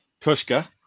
Tushka